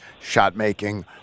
shot-making